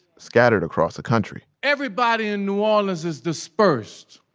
scattered across the country everybody in new orleans is dispersed.